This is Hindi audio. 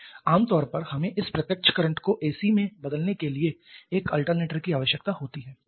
आम तौर पर हमें इस प्रत्यक्ष करंट को AC में बदलने के लिए एक अल्टरनेटर की आवश्यकता होती है